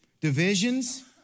divisions